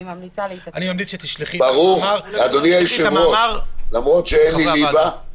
אני ממליצה --- אני ממליץ שתשלחי את המאמר לחברי הוועדה.